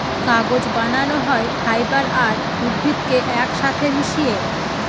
কাগজ বানানো হয় ফাইবার আর উদ্ভিদকে এক সাথে মিশিয়ে